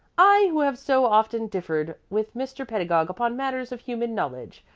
i, who have so often differed with mr. pedagog upon matters of human knowledge,